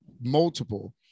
multiple